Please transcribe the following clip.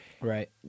Right